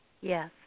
Yes